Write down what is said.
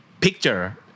picture